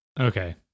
Okay